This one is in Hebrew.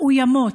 מאוימות.